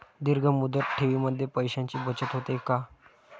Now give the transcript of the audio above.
दीर्घ मुदत ठेवीमध्ये पैशांची बचत होते का?